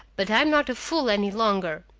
but i'm not a fool any longer.